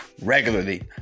regularly